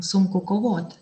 sunku kovoti